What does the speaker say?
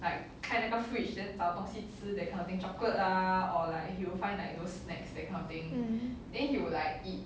mm